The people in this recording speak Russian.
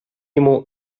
ему